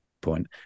point